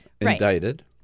indicted